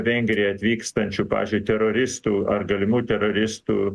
vengriją atvykstančių pavyzdžiui teroristų ar galimų teroristų